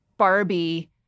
Barbie